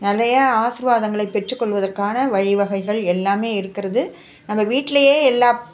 நிறைய ஆசிர்வாதங்களை பெற்றுக்கொள்வதற்கான வழிவகைகள் எல்லாமே இருக்கிறது நம்ம வீட்லையே எல்லா